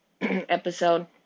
episode